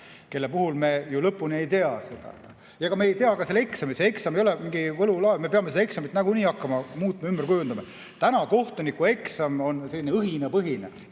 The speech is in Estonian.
kelle puhul me ju lõpuni ei tea seda. Ja me ei tea ka selle eksami puhul. See eksam ei ole mingi võlu[vits], me peame seda eksamit nagunii hakkama muutma, ümber kujundama. [Praegu] on kohtunikueksam selline õhinapõhine.